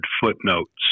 footnotes